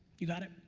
you got it?